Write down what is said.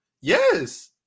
Yes